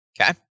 Okay